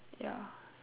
ya